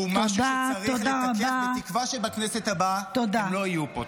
הוא משהו שצריך לתקן בתקווה שבכנסת הבאה הם לא יהיו פה.